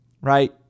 right